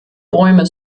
bäume